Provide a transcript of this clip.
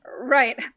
right